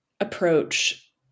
approach